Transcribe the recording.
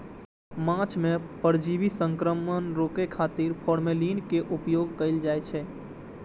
माछ मे परजीवी संक्रमण रोकै खातिर फॉर्मेलिन के उपयोग कैल जाइ छै